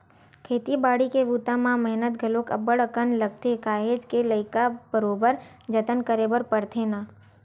खेती बाड़ी के बूता म मेहनत घलोक अब्ब्ड़ अकन लगथे काहेच के लइका बरोबर जतन करे बर परथे ना